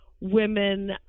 women